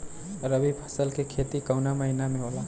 रवि फसल के खेती कवना महीना में होला?